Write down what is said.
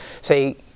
say